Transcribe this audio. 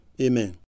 Amen